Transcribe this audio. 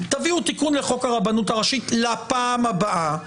תביאו תיקון לחוק הרבנות הראשית לפעם הבאה,